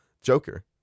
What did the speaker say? Joker